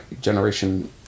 generation